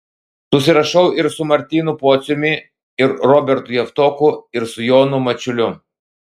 susirašau ir su martynu pociumi ir robertu javtoku ir su jonu mačiuliu